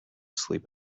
sleep